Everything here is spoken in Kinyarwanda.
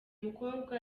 mukobwa